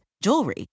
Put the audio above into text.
jewelry